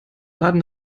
laden